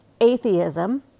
atheism